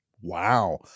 Wow